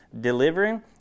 delivering